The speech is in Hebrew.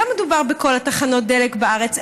לא מדובר בכל תחנות הדלק בארץ.